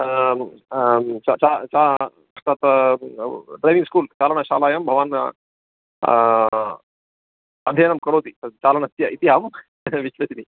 driving school चालनशालायां भवान् अध्ययनं करोति तत् चालनस्य इति अहं विश्वसिमि